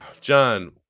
John